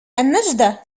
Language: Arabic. النجدة